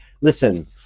Listen